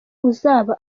uzaba